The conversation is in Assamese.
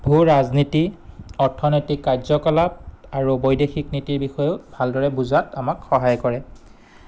ভূ ৰাজনীতি অৰ্থনৈতিক কাৰ্যকলাপ আৰু বৈদেশিক নীতিৰ বিষয়েও ভালদৰে বুজাত আমাক সহায় কৰে